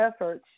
efforts